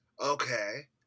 Okay